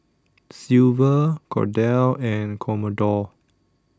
Silver Cordell and Commodore